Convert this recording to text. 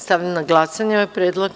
Stavljam na glasanje ovaj predlog.